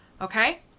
Okay